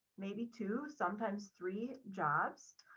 maybe two, sometimes three jobs,